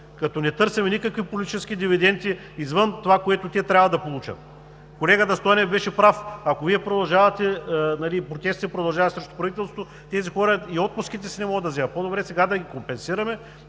като не търсим никакви политически дивиденти извън това, което те трябва да получат. Колегата Стойнев беше прав, ако Вие продължавате и протестите срещу правителството продължават. Тези хора и отпуските си не могат да вземат. По-добре сега да ги компенсираме,